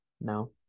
No